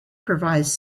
provides